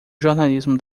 jornalismo